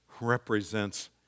represents